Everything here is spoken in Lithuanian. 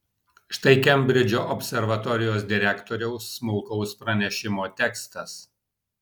štai kembridžo observatorijos direktoriaus smulkaus pranešimo tekstas